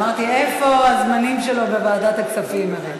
אמרתי, איפה הזמנים שלו בוועדת הכספים?